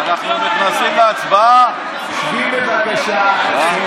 שבי, בבקשה.